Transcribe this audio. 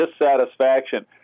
dissatisfaction